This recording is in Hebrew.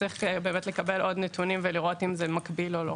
צריך לקבל עוד נתונים ולראות אם זה מקביל או לא.